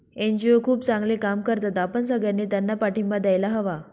NGO खूप चांगले काम करतात, आपण सगळ्यांनी त्यांना पाठिंबा द्यायला हवा